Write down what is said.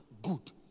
Good